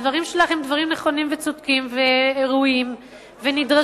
הדברים שלך הם דברים נכונים וצודקים וראויים ונדרשים,